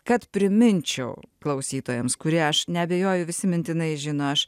kad priminčiau klausytojams kurie aš neabejoju visi mintinai žino aš